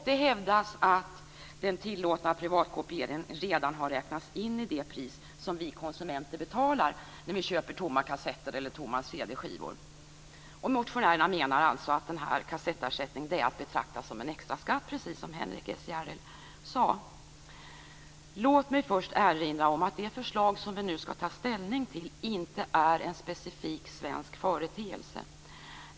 Det hävdas att den tillåtna privatkopieringen redan har räknats in i det pris som vi konsumenter betalar när vi köper tomma kassetter eller tomma CD skivor. Motionärerna menar alltså att den här kassettersättningen är att betrakta som en extra skatt, precis som Henrik S Järrel sade. Låt mig först erinra om att det förslag som vi nu skall ta ställning till inte är en specifik svensk företeelse.